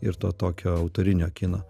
ir to tokio autorinio kino